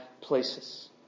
places